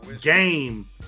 game